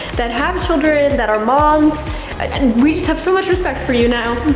that have children, that are moms, and we just have so much respect for you now.